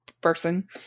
person